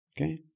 Okay